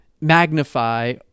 magnify